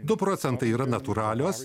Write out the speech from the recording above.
du procentai yra natūralios